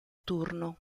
turno